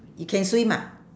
you can swim ah